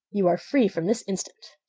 you are free from this instant!